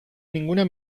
ninguna